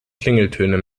klingeltöne